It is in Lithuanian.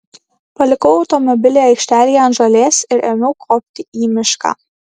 palikau automobilį aikštelėje ant žolės ir ėmiau kopti į mišką